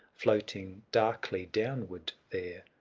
floating darkly downward there,